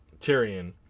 Tyrion